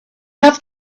have